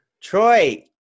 Troy